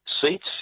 seats